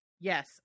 Yes